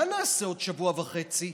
מה נעשה עוד שבוע וחצי?